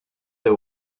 they